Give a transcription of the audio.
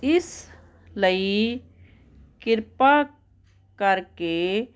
ਇਸ ਲਈ ਕਿਰਪਾ ਕਰਕੇ